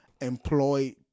employ